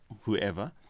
whoever